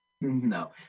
No